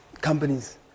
companies